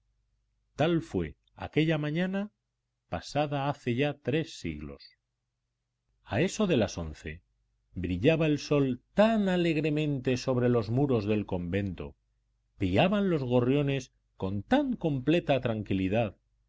tal fue aquella mañana pasada hace ya tres siglos a eso de las once brillaba el sol tan alegremente sobre los muros del convento piaban los gorriones con tan completa tranquilidad